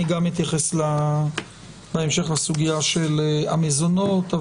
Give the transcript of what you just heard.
אני גם אתייחס בהמשך לסוגיה של המזונות.